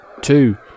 two